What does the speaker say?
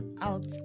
out